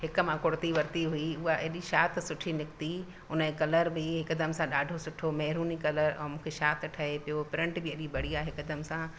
हिकु मां कुर्ती वरिती हुई उहा अहिड़ी छा त सुठी निकिती उन जो कलर बि हिकदमि सां ॾाढो सुठो महरूनि कलर ऐं मूंखे छा त ठहे पियो प्रंट बि अहिड़ी बढ़िया हिकदमि सां